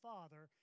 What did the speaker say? Father